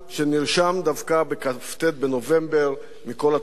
שנרשם דווקא בכ"ט בנובמבר מכל התאריכים.